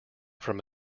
from